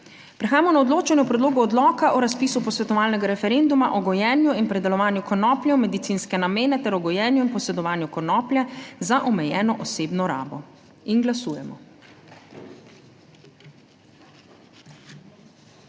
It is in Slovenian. reda, to je z obravnavo Predloga odloka o razpisu posvetovalnega referenduma o gojenju in predelovanju konoplje v medicinske namene ter o gojenju in posedovanju konoplje za omejeno osebno rabo.** Prehajamo